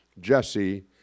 Jesse